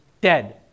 dead